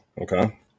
Okay